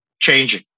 changing